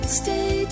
stay